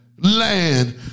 land